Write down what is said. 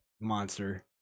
monster